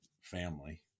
family